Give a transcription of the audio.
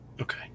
Okay